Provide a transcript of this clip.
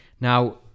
Now